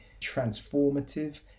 transformative